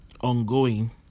ongoing